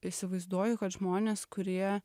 įsivaizduoju kad žmonės kurie